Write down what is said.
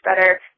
better